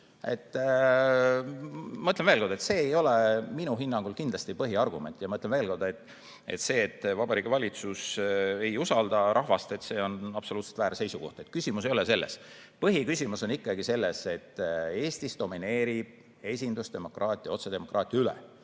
Ma ütlen veel kord, et see ei ole minu hinnangul kindlasti põhiargument. Veel kord: see, et Vabariigi Valitsus ei usalda rahvast, on absoluutselt väär seisukoht. Küsimus ei ole selles. Põhiküsimus on ikkagi selles, et Eestis domineerib esindusdemokraatia otsedemokraatia üle,